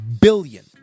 billion